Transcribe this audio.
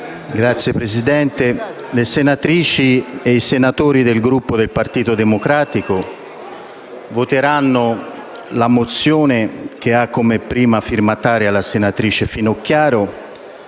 Signora Presidente, le senatrici e i senatori del Gruppo Partito Democratico voteranno la mozione che ha come prima firmataria la senatrice Finocchiaro